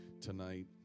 tonight